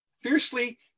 fiercely